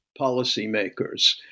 policymakers